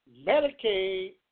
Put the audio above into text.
Medicaid